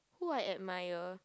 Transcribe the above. who I admire